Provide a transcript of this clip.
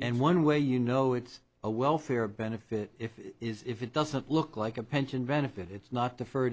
and one way you know it's a welfare benefit if it is if it doesn't look like a pension benefit it's not the f